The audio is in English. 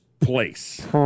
place